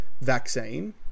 vaccine